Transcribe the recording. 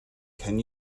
can